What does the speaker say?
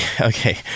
okay